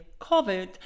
COVID